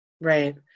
Right